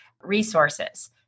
resources